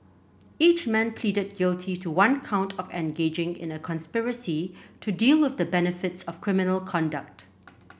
each man pleaded guilty to one count of engaging in a conspiracy to deal with the benefits of criminal conduct